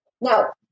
Now